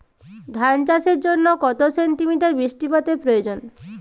ধান চাষের জন্য কত সেন্টিমিটার বৃষ্টিপাতের প্রয়োজন?